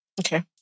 Okay